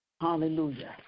hallelujah